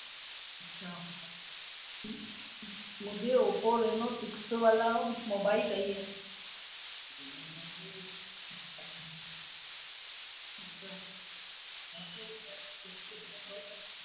अच्छा मुझे Oppo Reno six वाला मोबाइल चाहिए